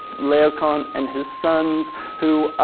laocoon and his sons who,